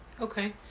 Okay